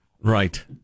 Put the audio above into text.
Right